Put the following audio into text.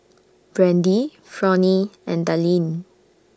Brandy Fronie and Dallin